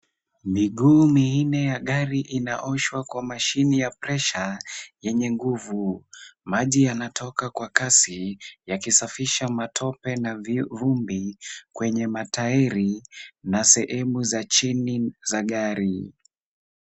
Miguu minne ya gari inaoshwa kwa mashine ya pressure yenye nguvu. Maji yanatoka kwa kasi, yakisafisha matope na vumbi kwenye matairi na sehemu za chini za gari.